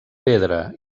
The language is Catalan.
pedra